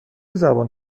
زبان